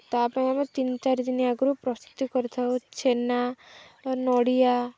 ତା ପାଇଁ ଆମେ ତିନି ଚାରି ଦିନି ଆଗରୁ ପ୍ରସ୍ତୁତି କରିଥାଉ ଛେନା ନଡ଼ିଆ